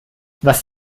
was